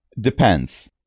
Depends